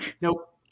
Nope